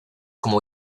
como